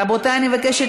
רבותי, אני מבקשת